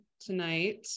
tonight